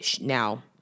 Now